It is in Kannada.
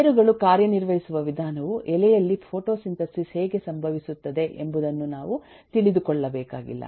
ಬೇರುಗಳು ಕಾರ್ಯನಿರ್ವಹಿಸುವ ವಿಧಾನವು ಎಲೆಯಲ್ಲಿ ಫೋಟೋಸಿಂಥೆಸಿಸ್ ಹೇಗೆ ಸಂಭವಿಸುತ್ತದೆ ಎಂಬುದನ್ನು ನಾವು ತಿಳಿದುಕೊಳ್ಳಬೇಕಾಗಿಲ್ಲ